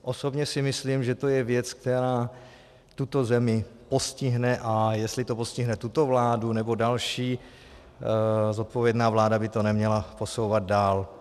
Osobně si myslím, že to je věc, která tuto zemi postihne, a jestli to postihne tuto vládu, nebo další, zodpovědná vláda by to neměla posouvat dál.